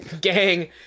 Gang